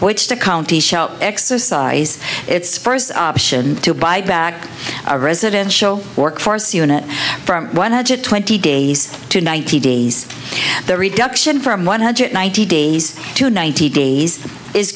which the county shall exercise its first option to buy back a residential workforce unit from one hundred twenty days to ninety days the reduction from one hundred ninety days to ninety days is